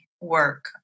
work